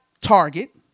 target